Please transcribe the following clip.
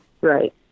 Right